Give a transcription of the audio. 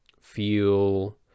feel